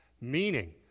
Meaning